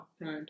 right